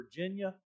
Virginia